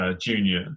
junior